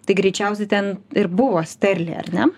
tai greičiausiai ten ir buvo sterlė ar ne